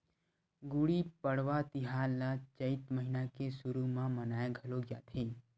गुड़ी पड़वा तिहार ल चइत महिना के सुरू म मनाए घलोक जाथे